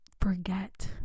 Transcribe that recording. forget